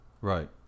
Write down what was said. Right